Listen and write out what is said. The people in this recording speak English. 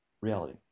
reality